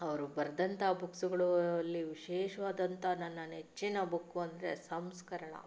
ಅವರು ಬರ್ದಂಥ ಬುಕ್ಸ್ಗಳು ಅಲ್ಲಿ ವಿಶೇಷವಾದಂಥ ನನ್ನ ನೆಚ್ಚಿನ ಬುಕ್ ಅಂದರೆ ಸಂಸ್ಕರಣ ಬುಕ್